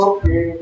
Okay